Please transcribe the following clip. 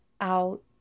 out